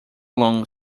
long